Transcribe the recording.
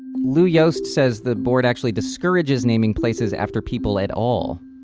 lou yost says the board actually discourages naming places after people at all.